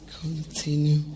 continue